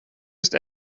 ist